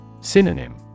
Synonym